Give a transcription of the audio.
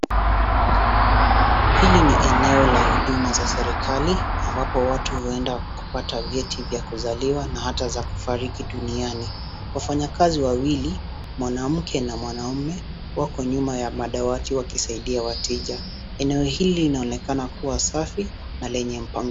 Hili ni eneo la huduma za serikali ambapo watu huenda kupata vyeti vya kuzaliwa na hata za kufariki duniani. Wafanyakazi wawili wanamke na mwanamume wako nyuma ya madawati wakisaidia wateja, eneo hili linaonekana kuwa safi na lenye mapangilio.